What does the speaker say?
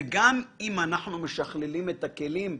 גם אם אנחנו משכללים את הכלים,